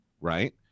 right